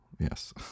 yes